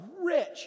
rich